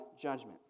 judgment